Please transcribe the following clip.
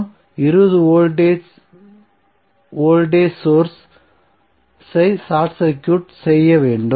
நாம் 20 volt voltage source ஐ short circuit செய்ய வேண்டும்